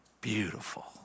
beautiful